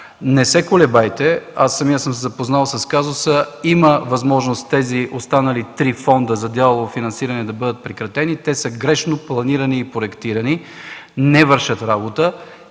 Не се колебайте! Аз самият съм запознат с казуса. Има възможност тези останали три фонда за дялово финансиране да бъдат прекратени. Те са грешно планирани и проектирани, не вършат работа.